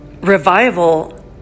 revival